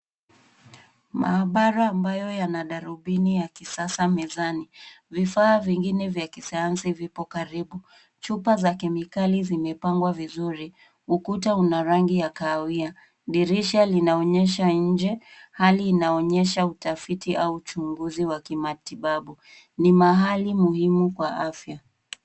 Maabara ambayo yana darubini ya kisasa mezani. Vifaa vingine vya kisayansi vipo karibu. Chupa za kemikali zimepangwa vizuri. Ukuta una rangi ya kahawia. Dirisha linaonyesha nje. Hali inaonyesha utafiti au uchunguzi wa kimatibabu. Ni mahali muhimu kwa afya.